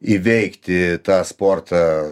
įveikti tą sportą